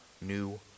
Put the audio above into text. new